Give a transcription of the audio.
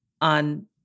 on